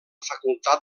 facultat